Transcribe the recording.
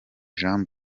jean